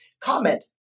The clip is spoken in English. Comment